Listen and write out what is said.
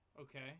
Okay